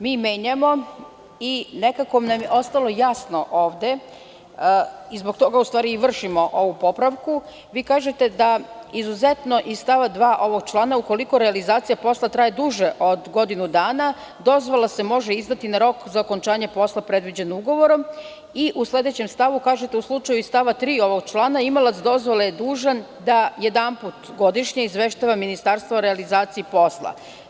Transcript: Mi menjamo, nekako nam je ostalo jasno ovde, i zbog toga u stvari i vršimo ovu popravku, vi kažete da „izuzetno iz stava 2. ovog člana, ukoliko realizacija posla traje duže od godinu dana, dozvola se može izdati na rok za okončanje posla predviđenog ugovorom“, i u sledećem stavu kažete – „u slučaju iz stava 3. ovog člana, imalac dozvole je dužan da jedanput godišnje izveštava Ministarstvo o realizaciji posla“